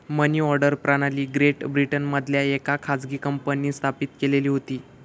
मनी order प्रणाली great ब्रिटनमधल्या येका खाजगी कंपनींन स्थापित केलेली होती